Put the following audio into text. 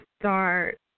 start